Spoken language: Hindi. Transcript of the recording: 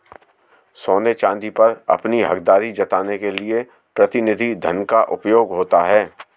सोने चांदी पर अपनी हकदारी जताने के लिए प्रतिनिधि धन का उपयोग होता है